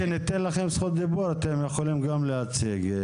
כשניתן לכם זכות דיבור אתם יכולים גם להציג.